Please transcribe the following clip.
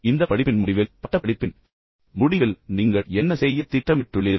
இந்தப் படிப்பின் முடிவில் நீங்கள் என்ன செய்யத் திட்டமிட்டுள்ளீர்கள்